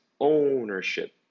ownership